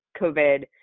COVID